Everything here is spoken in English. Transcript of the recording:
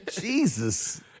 Jesus